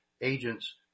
agents